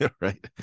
right